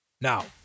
Now